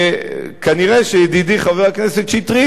כנראה ידידי חבר הכנסת שטרית,